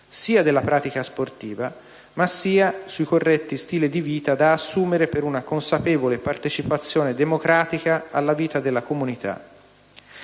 della pratica sportiva e sui corretti stili di vita da assumere per una consapevole partecipazione democratica alla vita della comunità.